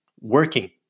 working